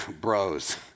bros